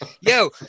Yo